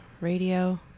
Radio